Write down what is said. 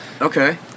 okay